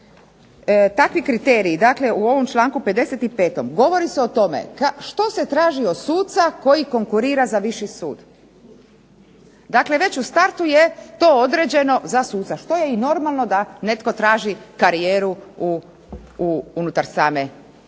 sudove. Takvi kriteriji, dakle u ovom članku 55. govori se o tome što se traži od suca koji konkurira za viši sud. Dakle, već u startu je to određeno za suca što je i normalno da netko traži karijeru unutar same struke.